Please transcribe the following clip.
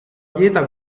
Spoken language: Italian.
dieta